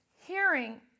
hearing